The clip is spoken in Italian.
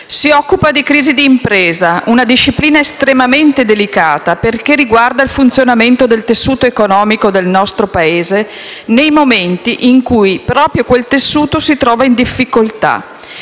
si occupa di crisi di impresa, una disciplina estremamente delicata, perché riguarda il funzionamento del tessuto economico del nostro Paese, nei momenti in cui proprio quel tessuto si trova in difficoltà.